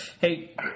Hey